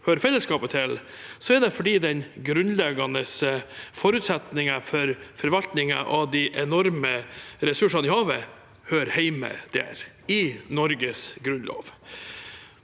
hører fellesskapet til, er det fordi den grunnleggende forutsetningen for forvaltningen av de enorme ressursene i havet hører hjemme der – i Norges grunnlov.